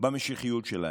במשיחיות שלהם.